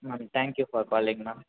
ma'am thank you for calling ma'am